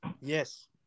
Yes